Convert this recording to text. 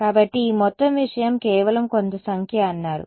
కాబట్టి ఈ మొత్తం విషయం కేవలం కొంత సంఖ్య అన్నారు